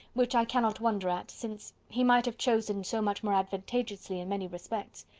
which i cannot wonder at, since he might have chosen so much more advantageously in many respects.